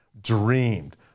dreamed